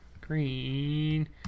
green